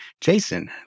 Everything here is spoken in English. Jason